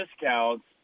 discounts